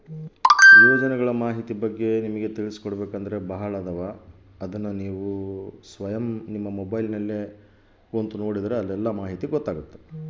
ಯೋಜನೆಗಳ ಮಾಹಿತಿ ಬಗ್ಗೆ ನನಗೆ ತಿಳಿಸಿ ಕೊಡ್ತೇರಾ?